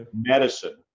medicine